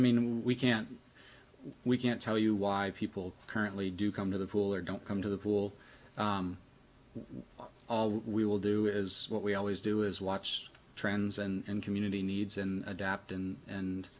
mean we can't we can't tell you why people currently do come to the pool or don't come to the wall we will do is what we always do is watch trends and community needs and adapt and and